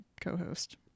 co-host